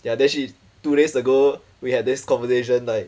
ya then she two days ago we had this conversation like